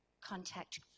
contact